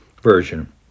Version